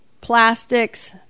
plastics